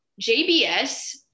JBS